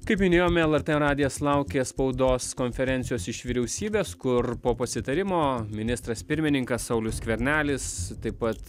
kaip minėjome lrt radijas laukia spaudos konferencijos iš vyriausybės kur po pasitarimo ministras pirmininkas saulius skvernelis taip pat